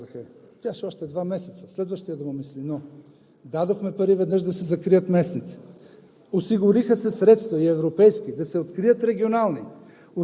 Така че големият проблем, голямата болка, дето го казахме, тя ще е още два месеца – следващият да му мисли. Но дадохме пари веднъж да се закрият местните,